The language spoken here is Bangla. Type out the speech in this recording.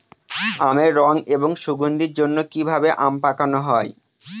আমের রং এবং সুগন্ধির জন্য কি ভাবে আম পাকানো হয়?